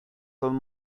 son